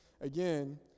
again